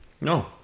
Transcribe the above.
No